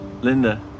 Linda